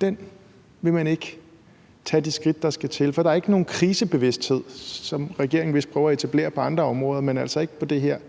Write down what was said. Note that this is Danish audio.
dem, vil man ikke tage de skridt, der skal til. For der er ikke nogen krisebevidsthed. Det prøver regeringen vist at etablere på andre områder, men altså ikke på det her område,